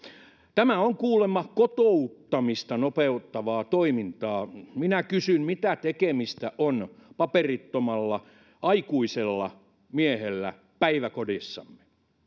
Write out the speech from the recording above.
tämä on kuulemma kotouttamista nopeuttavaa toimintaa minä kysyn mitä tekemistä on paperittomalla aikuisella miehellä päiväkodeissamme